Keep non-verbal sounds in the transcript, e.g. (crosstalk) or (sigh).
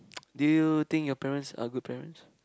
(noise) do you think your parents are good parents